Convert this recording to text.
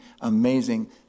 amazing